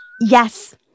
yes